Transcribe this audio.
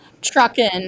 trucking